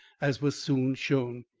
as was soon shown.